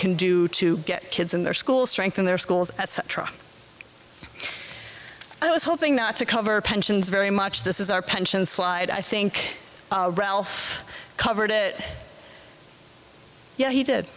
can do to get kids in their school strengthen their schools etc i was hoping not to cover pensions very much this is our pensions slide i think ralph covered it yeah he did